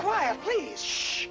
quiet please